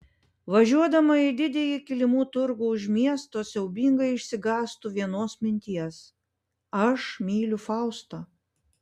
važiuodama į didįjį kilimų turgų už miesto siaubingai išsigąstu vienos minties aš myliu faustą